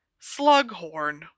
Slughorn